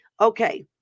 Okay